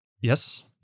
Yes